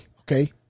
Okay